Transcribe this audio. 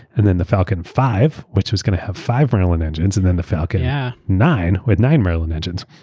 and then the falcon five which was going to have five merlin engines, and then the falcon yeah nine with nine merlin engines.